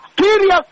serious